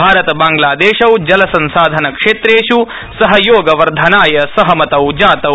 भारत ांग्लादेशौ जलसंसाधनक्षेत्रेष् सहयोगवर्धनाय सहमतौ जातौ